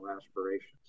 aspirations